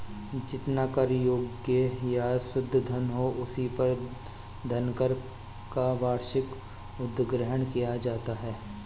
जितना कर योग्य या शुद्ध धन हो, उसी पर धनकर का वार्षिक उद्ग्रहण किया जाता है